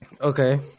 Okay